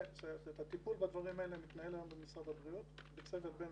הטיפול בדברים האלה מתנהל היום במשרד הבריאות בצוות בין-משרדי.